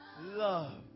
love